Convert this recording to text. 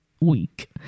week